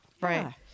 right